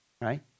right